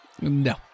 No